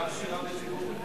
אולי שירה בציבור?